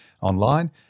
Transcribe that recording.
online